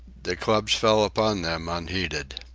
the clubs fell upon them unheeded.